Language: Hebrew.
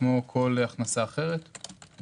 כמו כל הכנסה אחרת,